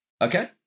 Okay